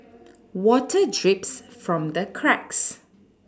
water drips from the cracks